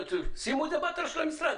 שימו את זה באתר המשרד.